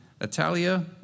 Italia